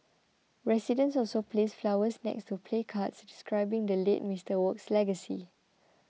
residents also placed flowers next to placards describing the late Mister Wok's legacy